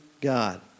God